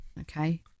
Okay